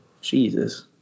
Jesus